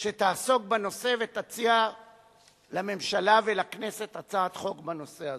שתעסוק בנושא ותציע לממשלה ולכנסת הצעת חוק בנושא הזה.